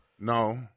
No